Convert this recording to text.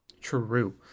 True